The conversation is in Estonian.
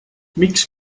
miks